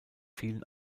vielen